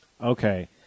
Okay